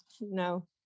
No